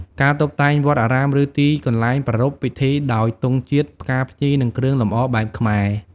ការតុបតែងវត្តអារាម ឬទីកន្លែងប្រារព្ធពិធីដោយទង់ជាតិ ផ្កាភ្ញី និងគ្រឿងលម្អបែបខ្មែរ។